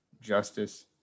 justice